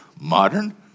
modern